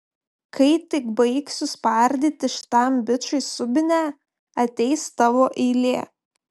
kai tik baigsiu spardyti šitam bičui subinę ateis tavo eilė